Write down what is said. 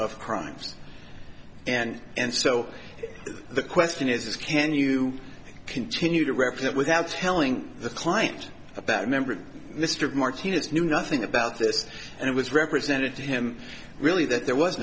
of crimes and and so the question is can you continue to represent without telling the client that member of mr martinez knew nothing about this and it was represented to him really that there was